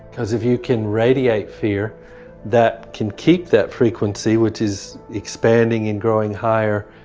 cause if you can radiate fear that can keep that frequency, which is expanding and growing higher,